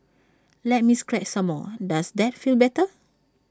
let me scratch some more does that feel better